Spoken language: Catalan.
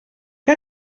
que